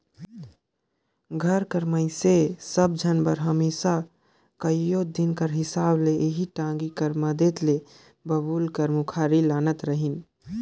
घर कर मइनसे सब झन बर हमेसा कइयो दिन कर हिसाब ले एही टागी कर मदेत ले बबूर कर मुखारी लानत रहिन